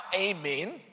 amen